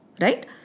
Right